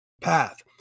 path